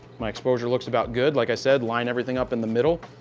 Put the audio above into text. my exposure looks about good. like i said, line everything up in the middle.